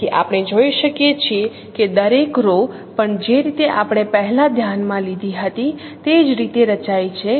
તેથી આપણે જોઈ શકીએ છીએ કે દરેક રો પણ જે રીતે આપણે પહેલાં ધ્યાન માં લીધી હતી તે જ રીતે રચાય છે